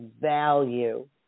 value